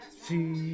see